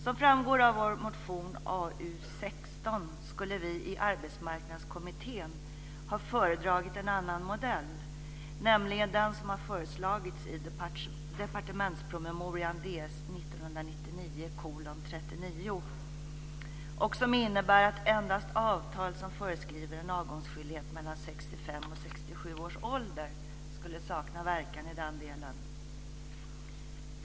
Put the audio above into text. Som framgår av vår motion AU16 skulle vi i Arbetsmarknadskommittén ha föredragit en annan modell, nämligen den som har föreslagits i departementspromemorian DS 1999:39 och som innebär att endast avtal som föreskriver en avgångsskyldighet mellan 65 och 67 års ålder skulle sakna verkan i den delen.